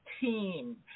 team